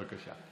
בבקשה.